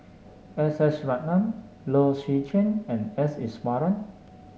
S S Ratnam Low Swee Chen and S Iswaran